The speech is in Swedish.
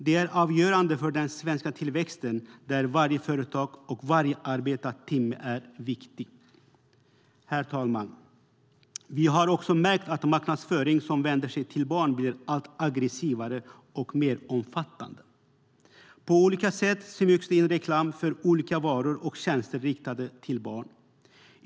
Det är avgörande för den svenska tillväxten där varje företag och varje arbetad timme är viktig. Herr talman! Vi har också märkt att marknadsföring som vänder sig till barn blir allt aggressivare och mer omfattande. På olika sätt smygs det in reklam för olika varor och tjänster riktade till barn.